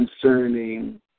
concerning